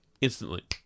instantly